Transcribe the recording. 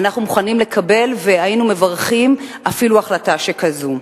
אנחנו מוכנים לקבל והיינו מברכים אפילו החלטה שכזו.